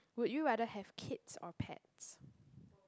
would you rather have kids or pets